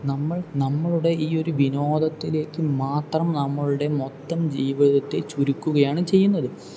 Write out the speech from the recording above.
നമ്മൾ നമ്മളുടെ ഈ ഒരു വിനോദത്തിലേക്ക് മാത്രം നമ്മളുടെ മൊത്തം ജീവിതത്തെ ചുരുക്കുകയാണ് ചെയ്യുന്നത്